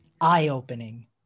eye-opening